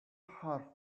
had